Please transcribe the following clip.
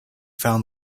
found